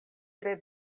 tre